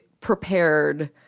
prepared